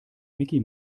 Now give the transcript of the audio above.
micky